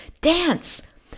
dance